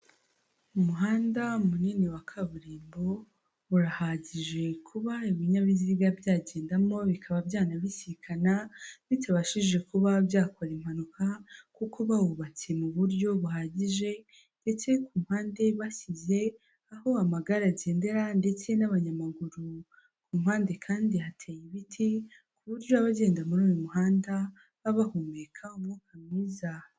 Umuhanda munini wa kaburimbo urahagije kuba ibinyabiziga byagendamo, bikaba byanabisikana, bitabashije kuba byakora impanuka, kuko bawubatse mu buryo buhagije ndetse ku mpande bashyize aho amagare agendera ndetse n'abanyamaguru, ku mpande kandi hateye ibiti, ku buryo abagenda muri uyu muhanda baba bahumeka umwuka mwiza.